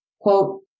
quote